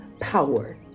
power